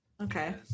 okay